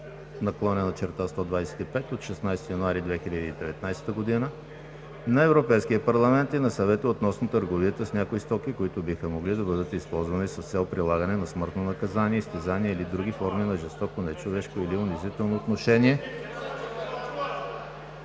(ЕС) 2019/125 от 16 януари 2019 г. на Европейския парламент и на Съвета относно търговията с някои стоки, които биха могли да бъдат използвани с цел прилагане на смъртно наказание, изтезание или други форми на жестоко, нечовешко или унизително отношение…